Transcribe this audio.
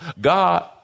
God